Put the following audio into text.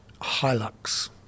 Hilux